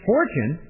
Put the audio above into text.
Fortune